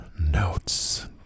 notes